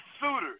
suitors